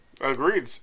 Agreed